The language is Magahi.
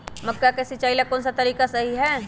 मक्का के सिचाई ला कौन सा तरीका सही है?